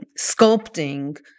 sculpting